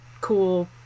cool